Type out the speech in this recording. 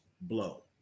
blow